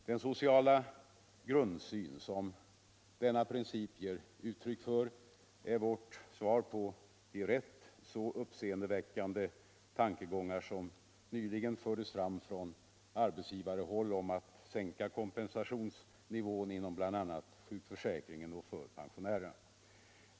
Den sociala grundsyn som denna princip ger uttryck för är vårt svar på de rätt uppseendeväckande tankegångar som nyligen fördes fram från arbetsgivarhåll om att sänka kompensationsnivån inom bl.a. sjukförsäkringen och för pensionärerna.